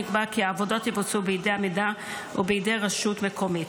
נקבע כי העבודות יבוצעו בידי המדינה או בידי רשות מקומית.